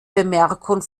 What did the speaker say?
bemerkung